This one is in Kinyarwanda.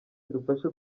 idufashe